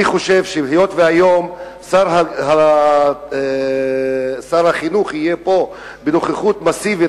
אני חושב שהיות שהיום שר החינוך יהיה פה בנוכחות מסיבית,